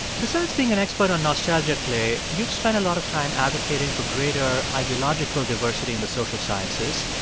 besides being an expert on nostalgia, clay, you've spent a lot of time advocating for greater ideological diversity in the social sciences.